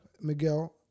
Miguel